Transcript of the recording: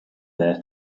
there